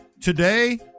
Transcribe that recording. today